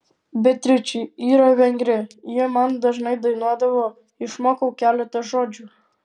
beatričė yra vengrė ji man dažnai dainuodavo išmokau keletą žodžių